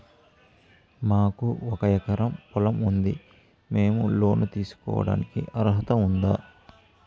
మాకు ఒక ఎకరా పొలం ఉంది మేము లోను తీసుకోడానికి అర్హత ఉందా